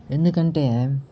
ఎందుకంటే